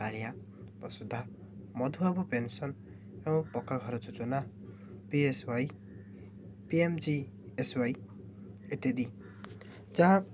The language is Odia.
କାଳିଆ ବସୁଧା ମଧୁବାବୁ ପେନ୍ସନ୍ ଏବଂ ପକ୍କା ଘର ଯୋଜନା P S Y P M G S Y ଇତ୍ୟାଦି ଯାହା